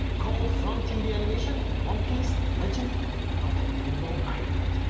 called from tv animation one piece legend of the rainbow island.